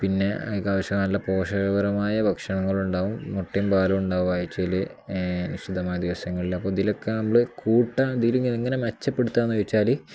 പിന്നെ അത്യാവശ്യം നല്ല പോഷകപരമായ ഭക്ഷണങ്ങളുണ്ടാകും മുട്ടയും പാലും ഉണ്ടാകും ആഴ്ചയിൽ നിശ്ചിതമായ ദിവസങ്ങളിൽ അപ്പം ഇതിലൊക്കെ നമ്മൾ കൂട്ടുക ഇതിൽ ഇങ്ങനെ മെച്ചപ്പെടുത്തുക എന്ന് ചോദിച്ചാൽ